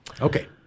Okay